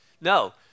No